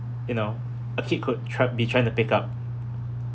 you know a kid could try be trying to pick up